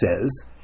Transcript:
says